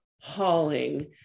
hauling